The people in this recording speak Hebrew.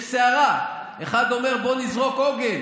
יש סערה, ואחד אומר: בוא נזרוק עוגן,